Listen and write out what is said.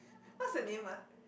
what's the name ah